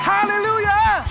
Hallelujah